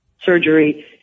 surgery